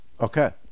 Okay